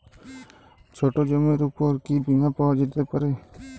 ছোট জমির উপর কি বীমা পাওয়া যেতে পারে?